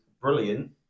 brilliant